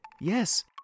Yes